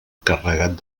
carregat